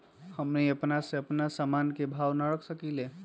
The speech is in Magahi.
हमनी अपना से अपना सामन के भाव न रख सकींले?